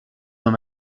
dans